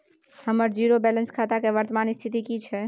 हमर zero balance खाता के वर्तमान स्थिति की छै?